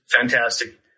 Fantastic